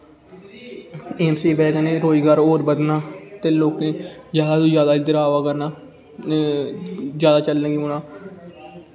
AIIMS दी बजह कन्नै होर रोजगार होर बधना ते लोकें जादा तू जादा इध्दर अवा करना जादा चलन लगी पौना